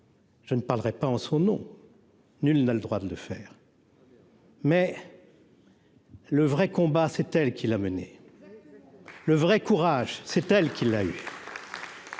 Je ne parlerai pas en son nom, nul n'a le droit de le faire. Mais le vrai combat, c'est elle qui l'a mené le vrai courage, c'est elle qui l'a eu.